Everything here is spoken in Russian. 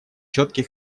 четкий